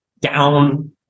down